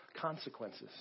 consequences